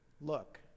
look